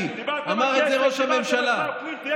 דיברתם על שר פנים.